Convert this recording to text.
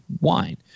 wine